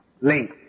link